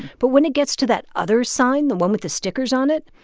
but when it gets to that other sign, the one with the stickers on it,